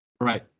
Right